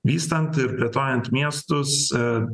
vystant ir plėtojant miestuose